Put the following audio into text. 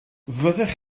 fyddech